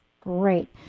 great